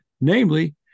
namely